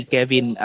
Kevin